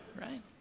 Right